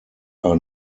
are